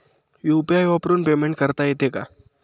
UPI वरून payment करता येते का?